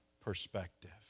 perspective